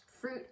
fruit